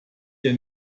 dir